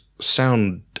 sound